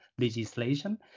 legislation